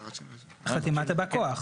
חתימת בא כוח.